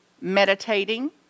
meditating